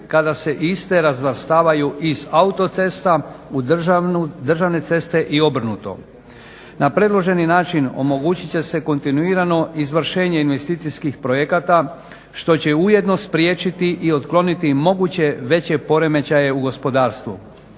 kada se iste razvrstavaju iz autocesta u državne ceste i obrnuto. Na predloženi način omogućit će se kontinuirano izvršenje investicijskih projekata što će ujedno spriječiti i otkloniti moguće veće poremećaje u gospodarstvu.